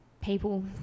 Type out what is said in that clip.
people